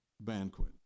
banquet